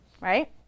right